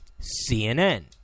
CNN